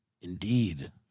Indeed